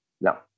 Now